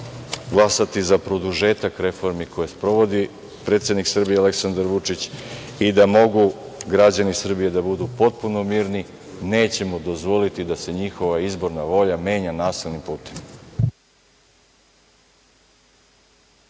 glasati za produžetak reformi koje sprovodi predsednik Srbije, Aleksandar Vučić i da mogu građani Srbije da budu potpuno mirni, nećemo dozvoliti da se njihova izborna volja menja nasilnim putem.